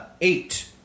eight